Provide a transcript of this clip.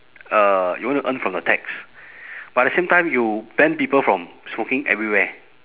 uh you want to earn from the tax but at the same time you ban people from smoking everywhere